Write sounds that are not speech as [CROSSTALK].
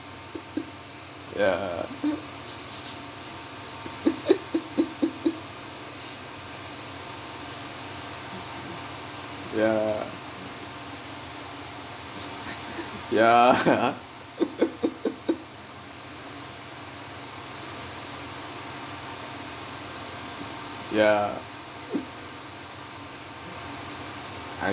[LAUGHS] yeah [LAUGHS] yeah [LAUGHS] yeah [LAUGHS] yeah